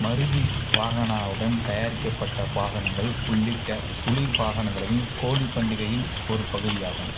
மரிஜிவானாவுடன் தயாரிக்கப்பட்ட பானங்கள் உள்ளிட்ட குளிர்பானங்களையும் கோலி பண்டிகையின் ஒரு பகுதியாகும்